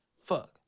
Fuck